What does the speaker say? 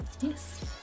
Yes